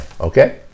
Okay